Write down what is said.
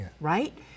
right